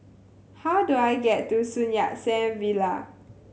how do I get to Sun Yat Sen Villa